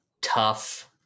tough